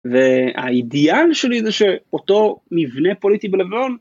והאידיאל שלי זה שאותו מבנה פוליטי בלבנון